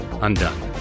undone